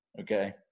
okay